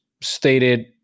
stated